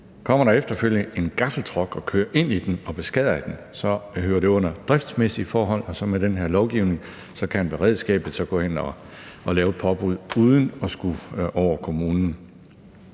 kommer der efterfølgende en gaffeltruck og kører ind i den og beskadiger den, hører det under driftsmæssige forhold, og med den her lovgivning kan beredskabet så gå ind og lave et påbud uden at skulle over kommunen.